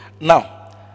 Now